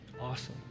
Awesome